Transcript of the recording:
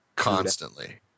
constantly